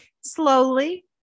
Slowly